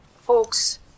folks